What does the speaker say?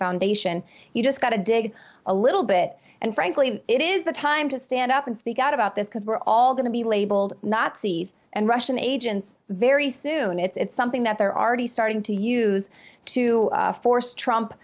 foundation you just gotta dig a little bit and frankly it is the time to stand up and speak out about this because we're all going to be labeled nazis and russian agents very soon it's something that there are days starting to use to force trump